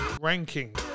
ranking